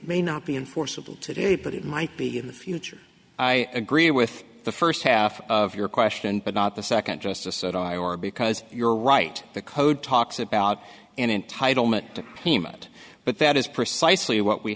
may not be enforceable today but it might be in the future i agree with the first half of your question but not the second justice that i or because you're right the code talks about an entitlement payment but that is precisely what we